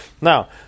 now